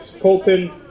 Colton